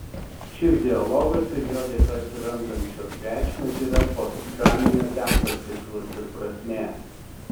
šis dialogas ir jo dėka atsirandančios reikšmės yra postdraminio teatro tikslas ir prasmė